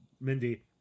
Mindy